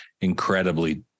incredibly